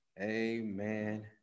Amen